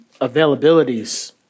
availabilities